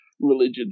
religion